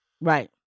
Right